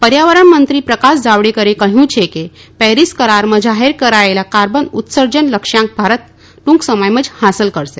પર્યાવરણમંત્રી પ્રકાશ જાવડેકરે કહ્યું છે કે પેરીસ કરારમાં જાહેર કરાચેલા કાર્બન ઉત્સર્જન લક્યાં્યક ભારત ટૂંક સમયમાં જ હાંસલ કરશે